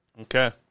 Okay